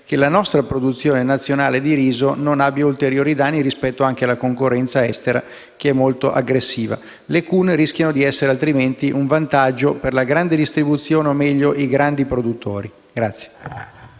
che la nostra produzione nazionale di riso non abbia ulteriori danni rispetto alla concorrenza estera, che è molto aggressiva. Le CUN rischiano di essere altrimenti un vantaggio per la grande distribuzione, o meglio, i grandi produttori.